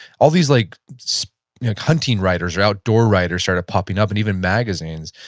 all these like so hunting writers or outdoor writers started popping up and even magazines.